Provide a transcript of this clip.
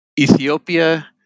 Ethiopia